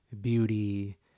beauty